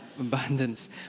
abundance